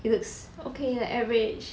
he looks okay leh average